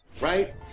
right